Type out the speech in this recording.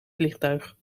vliegtuig